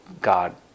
God